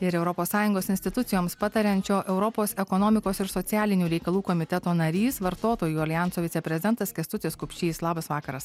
ir europos sąjungos institucijoms patariančio europos ekonomikos ir socialinių reikalų komiteto narys vartotojų aljanso viceprezidentas kęstutis kupšys labas vakaras